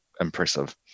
impressive